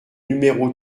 numéro